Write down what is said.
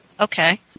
Okay